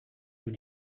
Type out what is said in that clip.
nous